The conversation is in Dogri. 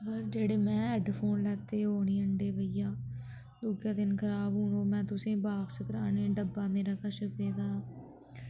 पर जेह्ड़े में हैडफोन लैते ओह् नी हंडे भैया दुए गै दिन खराब ओह् हून में तुसें बापस कराने डब्बा मेरे कश पेदा